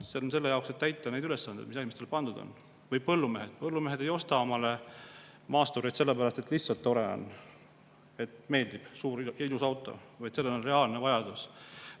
see on selle jaoks, et täita neid ülesandeid, mis jahimeestele pandud on. Või põllumeeste puhul. Põllumehed ei osta omale maastureid sellepärast, et lihtsalt on tore, et meeldib suur ja ilus auto, vaid sellel on reaalne vajadus.